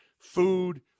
food